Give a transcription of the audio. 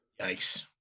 Yikes